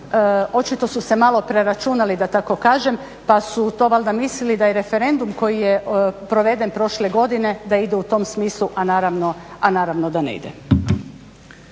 očito su se malo preračunali da tako kažem pa su to valjda mislili da je referendum koji je proveden prošle godine da ide u tom smislu, a naravno da ne ide.